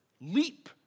leap